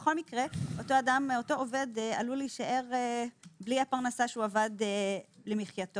בכל מקרה אותו עובד עלול להישאר בלי הפרנסה שעבד למחייתו.